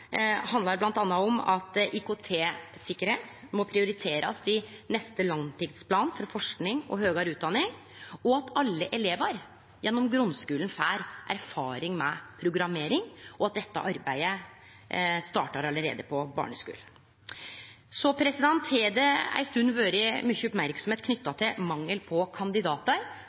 handlar bl.a. om at IKT-tryggleik må prioriterast i neste langtidsplan for forsking og høgare utdanning, og at alle elevar gjennom grunnskulen får erfaring med programmering, og at dette arbeidet startar allereie på barneskulen. Det har ei stund vore mykje merksemd knytt til mangelen på kandidatar